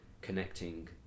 connecting